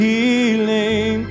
Healing